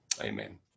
Amen